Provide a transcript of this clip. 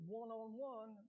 one-on-one